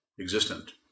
existent